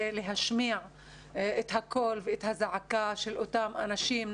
להשמיע את הקול ואת הזעקה של אותם אנשים,